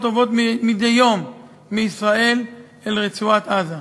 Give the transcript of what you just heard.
עוברות מדי יום מישראל אל רצועת-עזה.